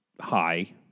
high